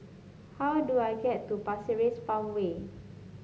how do I get to Pasir Ris Farmway